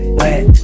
wet